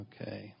Okay